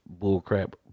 bullcrap